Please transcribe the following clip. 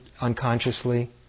unconsciously